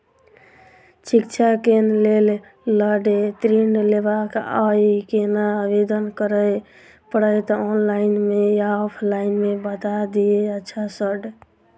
शिक्षा केँ लेल लऽ ऋण लेबाक अई केना आवेदन करै पड़तै ऑनलाइन मे या ऑफलाइन मे बता दिय अच्छा सऽ?